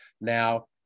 Now